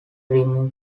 remove